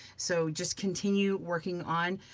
so just continue working on.